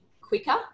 quicker